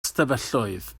ystafelloedd